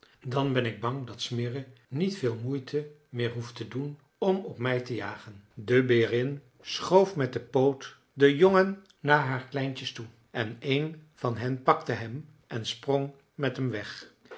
dan ben ik bang dat smirre niet veel moeite meer hoeft te doen om op mij te jagen de berin schoof met den poot den jongen naar haar kleintjes toe en een van hen pakte hem en sprong met hem weg